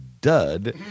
dud